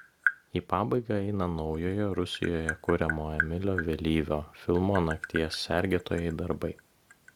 į pabaigą eina naujojo rusijoje kuriamo emilio vėlyvio filmo nakties sergėtojai darbai